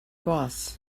was